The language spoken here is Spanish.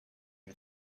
que